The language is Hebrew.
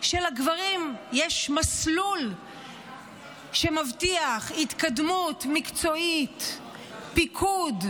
שלגברים יש מסלול שמבטיח התקדמות מקצועית, פיקוד,